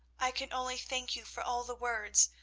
i can only thank you for all the words,